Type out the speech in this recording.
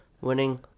winning